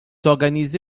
organisé